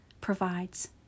provides